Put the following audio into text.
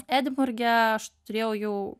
edinburge aš turėjau jau